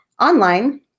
online